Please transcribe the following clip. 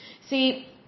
See